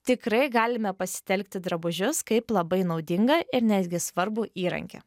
tikrai galime pasitelkti drabužius kaip labai naudingą ir netgi svarbų įrankį